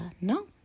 no